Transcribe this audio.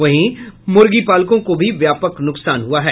वहीं मुर्गीपालकों को भी व्यापक नुकसान हुआ है